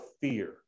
fear